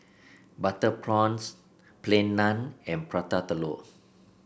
Butter Prawns Plain Naan and Prata Telur